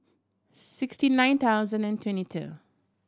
sixty nine thousand and twenty two